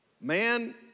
Man